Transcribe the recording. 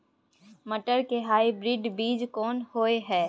मटर के हाइब्रिड बीज कोन होय है?